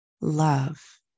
love